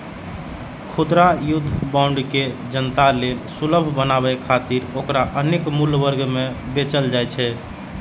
खुदरा युद्ध बांड के जनता लेल सुलभ बनाबै खातिर ओकरा अनेक मूल्य वर्ग मे बेचल जाइ छै